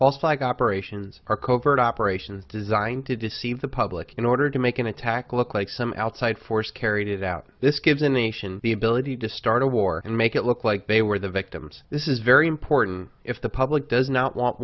false flag operations are covert operations designed to deceive the public in order to make an attack look like some outside force carried it out this gives in the sion the ability to start a war and make it look like they were the victims this is very important if the public does not want